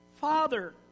Father